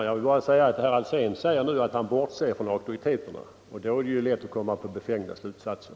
Herr talman! Herr Alsén säger nu att han bortser från auktoriteterna. Då är det ju också lätt att komma fram till befängda slutsatser.